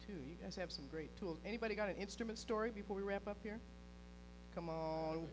as have some great tools anybody got an instrument story before we wrap up here come on